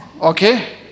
okay